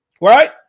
right